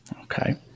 Okay